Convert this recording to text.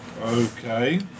Okay